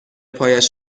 پایش